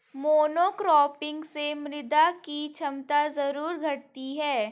monocropping से मृदा की क्षमता जरूर घटती है